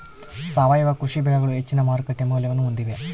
ಸಾವಯವ ಕೃಷಿ ಬೆಳೆಗಳು ಹೆಚ್ಚಿನ ಮಾರುಕಟ್ಟೆ ಮೌಲ್ಯವನ್ನ ಹೊಂದಿವೆ